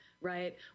right